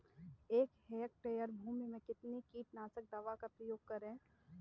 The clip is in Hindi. एक हेक्टेयर भूमि में कितनी कीटनाशक दवा का प्रयोग करें?